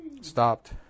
stopped